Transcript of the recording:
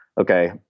okay